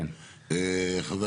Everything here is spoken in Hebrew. חבר